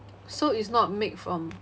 so it's not made from